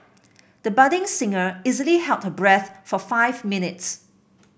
the budding singer easily held her breath for five minutes